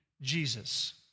Jesus